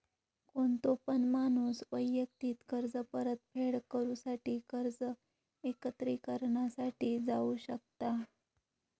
कोणतो पण माणूस वैयक्तिक कर्ज परतफेड करूसाठी कर्ज एकत्रिकरणा साठी जाऊ शकता